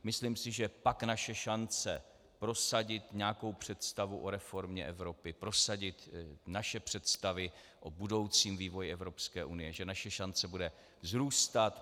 Myslím si, že pak naše šance prosadit nějakou představu o reformě Evropy, prosadit naše představy o budoucím vývoji Evropské unie, že naše šance bude vzrůstat.